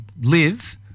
live